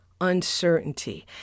uncertainty